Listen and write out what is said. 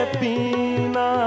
pina